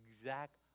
exact